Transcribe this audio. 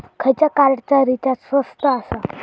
खयच्या कार्डचा रिचार्ज स्वस्त आसा?